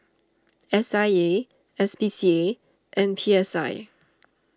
S I A S P C A and P S I